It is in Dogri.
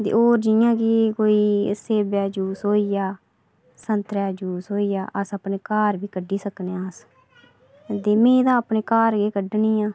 ते होर जि'यां कोई सेवै दा जूस होइया संतरे दा जूस होइया अस अपने घर बी कड्ढी सकने आं अस ते में अपने घर ई कड्ढनी आं